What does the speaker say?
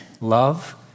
Love